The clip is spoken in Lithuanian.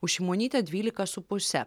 už šimonytę dvylika su puse